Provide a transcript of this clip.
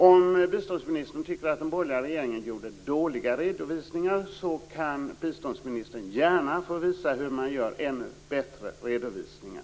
Om biståndsministern tycker att den borgerliga regeringen gjorde dåliga redovisningar så kan biståndsministern gärna få visa hur man gör bättre redovisningar.